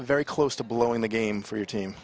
very close to blowing the game for your team